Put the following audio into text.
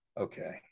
okay